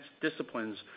disciplines